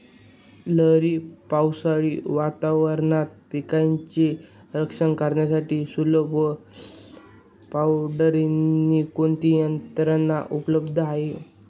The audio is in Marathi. लहरी पावसाळी वातावरणात पिकांचे रक्षण करण्यासाठी सुलभ व परवडणारी कोणती यंत्रणा उपलब्ध आहे?